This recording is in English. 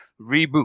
Reboot